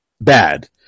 Bad